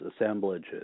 assemblages